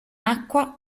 acqua